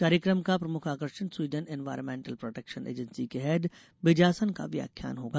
कार्यक्रम का प्रमुख आकर्षण स्वीडन एनवायरनमेंटल प्रोटेक्शन एजेंसी के हेड बिजासन का व्याख्यान होगा